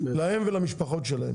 להם ולמשפחות שלהם.